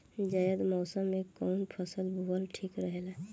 जायद मौसम में कउन फसल बोअल ठीक रहेला?